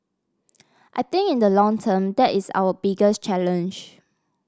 I think in the long term that is our biggest challenge